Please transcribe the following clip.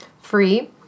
free